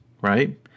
right